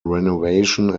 renovation